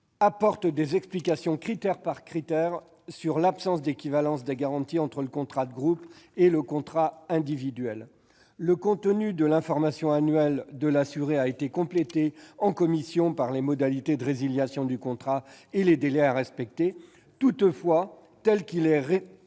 apporte des explications, critère par critère, sur l'absence d'équivalence des garanties entre le contrat de groupe et le contrat individuel. Le contenu de l'information annuelle de l'assuré a été complété en commission par les modalités de résiliation du contrat et les délais à respecter. Toutefois, tel qu'il est rédigé,